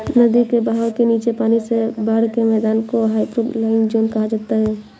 नदी के बहाव के नीचे पानी से बाढ़ के मैदान को हाइपोरहाइक ज़ोन कहा जाता है